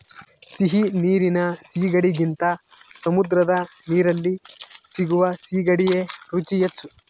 ಸಿಹಿ ನೀರಿನ ಸೀಗಡಿಗಿಂತ ಸಮುದ್ರದ ನೀರಲ್ಲಿ ಸಿಗುವ ಸೀಗಡಿಯ ರುಚಿ ಹೆಚ್ಚು